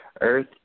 Earth